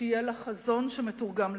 שיהיה לה חזון שמתורגם לתוכנית.